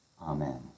Amen